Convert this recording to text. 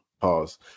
Pause